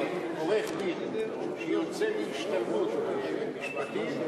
עורך-דין שיוצא להשתלמות משפטית,